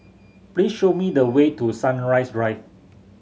please show me the way to Sunrise Drive